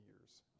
years